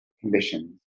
conditions